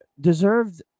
deserved